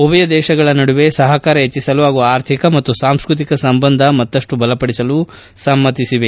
ಉಭಯ ದೇಶಗಳ ನಡುವೆ ಸಪಕಾರ ಹೆಚ್ಚಿಸಲು ಹಾಗೂ ಅರ್ಥಿಕ ಮತ್ತು ಸಾಂಸ್ಟಕಿಕ ಸಂಬಂಧ ಮತ್ತಷ್ಟು ಬಲಪಡಿಸಲು ಸಮ್ಮತಿಸಿದೆ